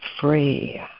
free